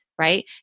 right